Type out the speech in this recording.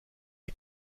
est